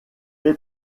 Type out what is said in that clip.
fait